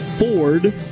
Ford